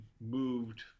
moved